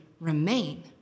remain